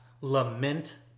Lament